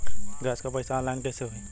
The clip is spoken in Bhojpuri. गैस क पैसा ऑनलाइन कइसे होई?